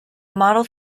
model